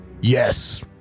Yes